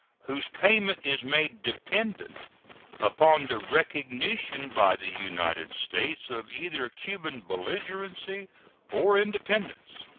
whose payment is made dependent upon the recognition by the united states of either cuban belligerency or independence.